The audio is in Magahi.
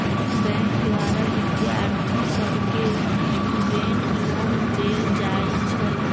बैंक द्वारा विद्यार्थि सभके स्टूडेंट लोन देल जाइ छइ